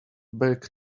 back